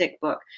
book